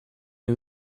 nie